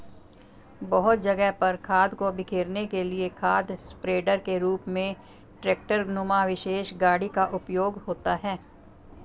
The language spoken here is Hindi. बहुत जगह पर खाद को बिखेरने के लिए खाद स्प्रेडर के रूप में ट्रेक्टर नुमा विशेष गाड़ी का उपयोग होता है